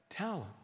Talent